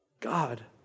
God